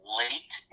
late